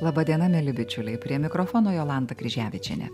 laba diena mieli bičiuliai prie mikrofono jolanta kryževičienė